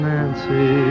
Nancy